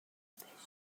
بیخیالش